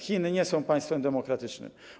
Chiny nie są państwem demokratycznym.